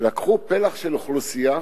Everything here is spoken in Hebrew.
לקחו פלח של אוכלוסייה